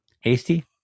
Hasty